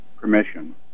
permission